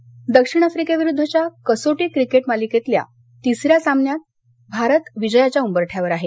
cricket दक्षिण आफ्रिकेविरूद्धच्या कसोटी मालिकेतल्या तिसऱ्या सामन्यात भारत विजयाच्या उंबरठ्यावर आहे